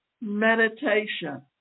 Meditation